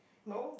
no